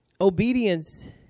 Obedience